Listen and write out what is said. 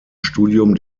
studium